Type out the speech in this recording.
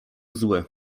zły